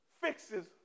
fixes